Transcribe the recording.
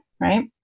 right